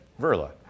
Verla